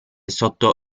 sotto